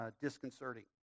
disconcerting